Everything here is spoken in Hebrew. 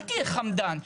אל תהיה חמדן.